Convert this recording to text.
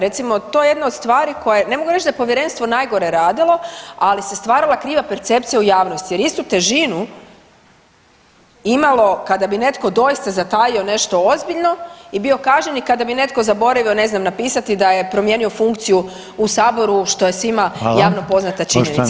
Recimo to jedna od stvari koja, ne mogu reći da je povjerenstvo najgore radilo ali se stvarala kriva percepcija u javnosti jer istu težinu imalo kada bi netko doista zatajio nešto ozbiljno i bio kažnjen i kada bi netko zaboravio ne znam napisati da je promijenio funkciju u saboru što je svima [[Upadica: Hvala.]] javno poznata činjenica.